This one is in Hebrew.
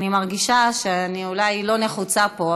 אני מרגישה שאני אולי לא נחוצה פה,